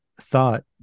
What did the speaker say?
thought